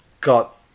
got